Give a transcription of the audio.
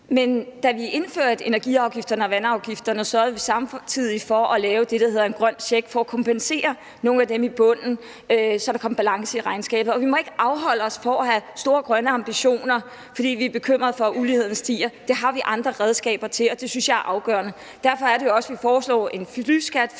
Men da vi indførte energiafgifterne og vandafgifterne, sørgede vi samtidig for at lave det, der hedder en grøn check, for at kompensere nogle af dem i bunden, så der kom balance i regnskabet. Vi må ikke afholde os fra at have store grønne ambitioner, fordi vi er bekymret for, at uligheden stiger. Det har vi andre redskaber til at afhjælpe, og det synes jeg er afgørende. Derfor er det jo også, at vi foreslår en flyskat.